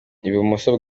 ibumoso